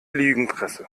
lügenpresse